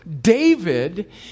David